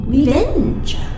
Revenge